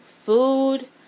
Food